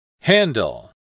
Handle